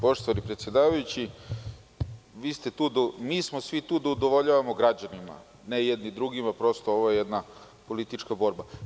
Poštovani predsedavajući, mi smo svi tu da udovoljavamo građanima, ne jedni drugima, ovo je jedna politička borba.